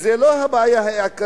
וזה לא רק המתמחים.